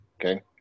okay